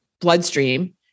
bloodstream